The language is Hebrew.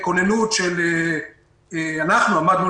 אנחנו עמדנו,